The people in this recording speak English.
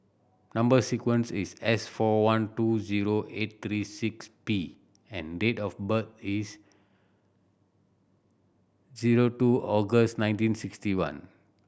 number sequence is S four one two zero eight three six P and date of birth is zero two August nineteen sixty one